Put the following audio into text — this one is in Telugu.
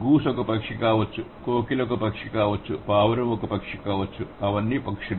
గూస్ ఒక పక్షి కావచ్చు కోకిల పక్షి కావచ్చు పావురం పక్షి కావచ్చు అవన్నీ పక్షులు